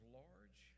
large